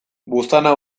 buztana